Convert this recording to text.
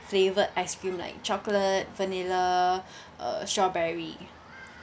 flavored ice cream like chocolate vanilla uh strawberry